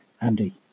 Andy